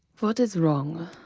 what is wrong?